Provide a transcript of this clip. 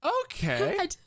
Okay